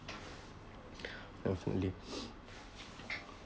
definitely